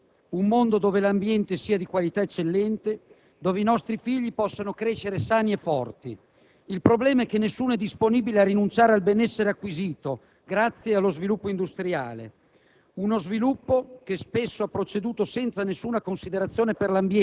escluso, abbiamo la giusta aspirazione a vivere in un mondo migliore, dove l'ambiente sia di qualità eccellente, dove i nostri figli possano crescere sani e forti. Il problema è che nessuno è disponibile a rinunciare al benessere acquisito grazie allo sviluppo industriale,